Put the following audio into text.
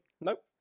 Nope